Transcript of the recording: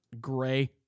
gray